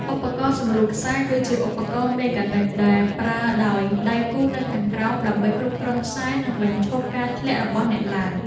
ឧបករណ៍សម្រួលខ្សែ គឺជាឧបករណ៍មេកានិចដែលប្រើដោយដៃគូនៅខាងក្រោម ដើម្បីគ្រប់គ្រងខ្សែ និងបញ្ឈប់ការធ្លាក់របស់អ្នកឡើង។